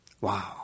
Wow